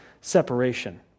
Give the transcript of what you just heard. separation